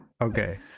Okay